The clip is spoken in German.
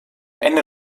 ende